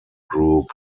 group